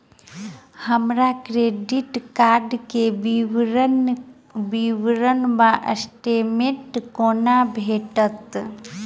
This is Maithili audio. हमरा क्रेडिट कार्ड केँ विवरण वा स्टेटमेंट कोना भेटत?